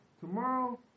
tomorrow